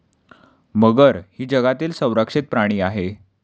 मगर ही जगातील संरक्षित प्राणी आहे